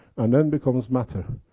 and then becomes matter.